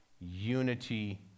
Unity